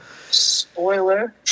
Spoiler